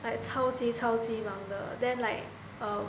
like 超级超级忙的 then like um